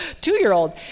two-year-old